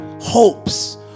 hopes